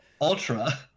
Ultra